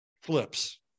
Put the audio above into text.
flips